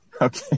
Okay